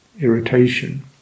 irritation